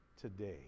today